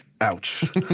ouch